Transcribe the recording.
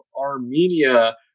Armenia